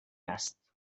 است